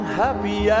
happy